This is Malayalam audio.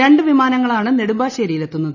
രണ്ട് വിമാനങ്ങളാണ് നെടുമ്പാശ്ശേരിയിൽ എത്തുന്നത്